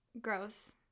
gross